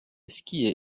skier